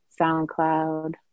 SoundCloud